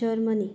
Germany